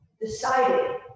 decided